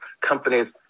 companies